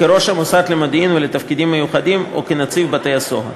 כראש המוסד למודיעין ולתפקידים מיוחדים וכנציב שירות בתי-הסוהר.